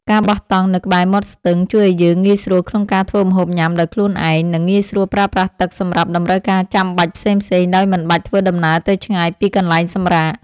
ការបោះតង់នៅក្បែរមាត់ស្ទឹងជួយឱ្យយើងងាយស្រួលក្នុងការធ្វើម្ហូបញ៉ាំដោយខ្លួនឯង និង ងាយស្រួលប្រើប្រាស់ទឹកសម្រាប់តម្រូវការចាំបាច់ផ្សេងៗដោយមិនបាច់ធ្វើដំណើរទៅឆ្ងាយពីកន្លែងសម្រាក។